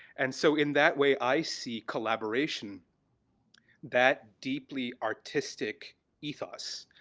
and so in that way i see collaboration that deeply artistic ethos,